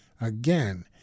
Again